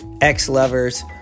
ex-lovers